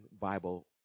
Bible